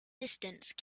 distance